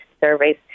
surveys